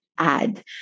add